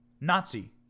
Nazi